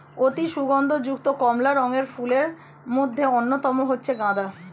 অতি সুগন্ধ যুক্ত কমলা রঙের ফুলের মধ্যে অন্যতম হচ্ছে গাঁদা